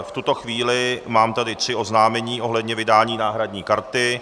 V tuto chvíli mám tady tři oznámení ohledně vydání náhradní karty.